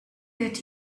that